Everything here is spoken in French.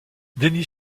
denys